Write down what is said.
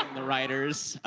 the writers,